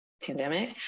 pandemic